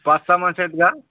पाच सहा माणसं आहेत का